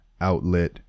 outlet